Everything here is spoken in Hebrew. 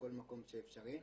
בכל מקום שאפשרי,